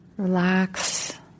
Relax